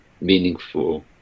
meaningful